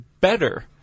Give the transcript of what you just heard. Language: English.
better